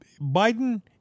Biden